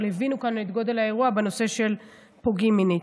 אבל הם הבינו את גודל האירוע בנושא של פוגעים מינית.